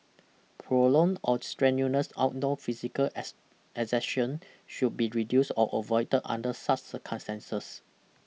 prolonged or strenuous outdoor physical as exertion should be reduced or avoided under such circumstances